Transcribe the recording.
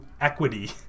equity